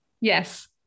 Yes